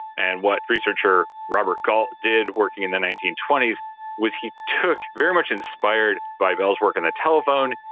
and what researcher robert gault did working in the nineteen twenty s was he took, very much inspired by bell's work in the telephone,